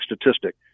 statistic